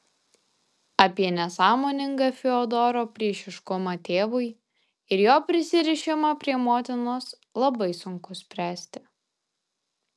apie nesąmoningą fiodoro priešiškumą tėvui ir jo prisirišimą prie motinos labai sunku spręsti